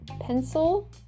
Pencil